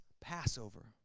Passover